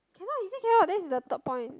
cannot he say cannot that's the third point